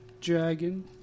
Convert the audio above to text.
dragon